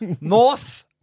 North –